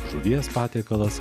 žuvies patiekalas